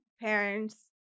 parents